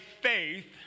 faith